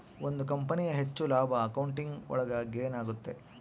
ಒಂದ್ ಕಂಪನಿಯ ಹೆಚ್ಚು ಲಾಭ ಅಕೌಂಟಿಂಗ್ ಒಳಗ ಗೇನ್ ಆಗುತ್ತೆ